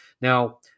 Now